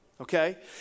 okay